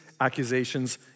accusations